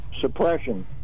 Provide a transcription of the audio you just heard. suppression